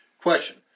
Question